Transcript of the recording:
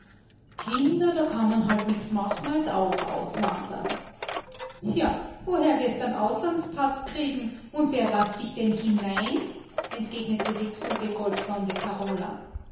kinder da kann man halt nichts machen als auch auswandern ja woher wirst an auslandspaß kriegen und wer laßt dich denn hinein entgegnete die kluge goldblonde carola